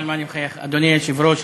אדוני היושב-ראש,